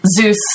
Zeus